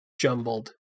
jumbled